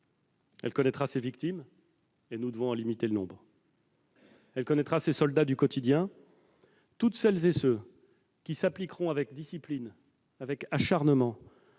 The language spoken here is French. Elle connaîtra ses victimes, aussi, et nous devons en limiter le nombre. Elle connaîtra ses soldats du quotidien, toutes celles et tous ceux qui s'appliqueront avec discipline, avec acharnement,